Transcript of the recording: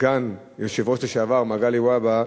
סגן היושב-ראש לשעבר מגלי והבה,